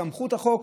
סמכות החוק,